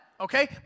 Okay